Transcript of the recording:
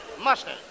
mustard